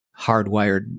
hardwired